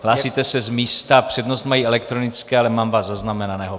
Hlásíte se z místa, přednost mají elektronické, ale mám vás zaznamenaného.